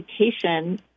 education